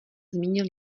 zmínil